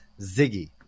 Ziggy